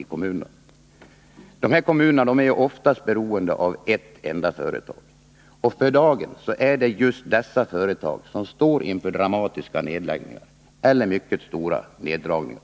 de kommuner det gäller. De är oftast beroende av ett enda företag. För dagen är det just dessa företag som står inför dramatiska nedläggningar eller mycket stora neddragningar.